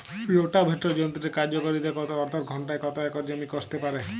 Rotavator যন্ত্রের কার্যকারিতা কত অর্থাৎ ঘণ্টায় কত একর জমি কষতে পারে?